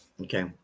Okay